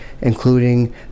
including